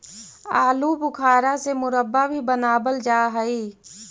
आलू बुखारा से मुरब्बा भी बनाबल जा हई